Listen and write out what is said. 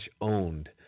owned